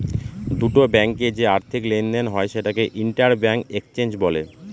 দুটো ব্যাঙ্কে যে আর্থিক লেনদেন হয় সেটাকে ইন্টার ব্যাঙ্ক এক্সচেঞ্জ বলে